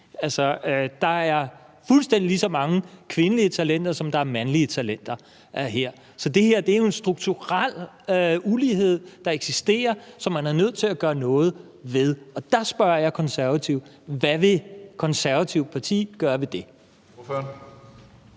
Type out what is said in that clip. der er fuldstændig lige så mange kvindelige talenter, som der er mandlige talenter. Så det her er jo en strukturel ulighed, der eksisterer, og som man er nødt til at gøre noget ved, og der spørger jeg Konservatives ordfører: Hvad vil Det Konservative Folkeparti gøre ved det?